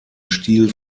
stil